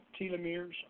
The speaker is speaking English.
telomeres